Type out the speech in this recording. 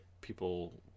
people